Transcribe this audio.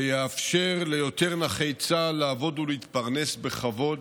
שיאפשר ליותר נכי צה"ל לעבוד ולהתפרנס בכבוד,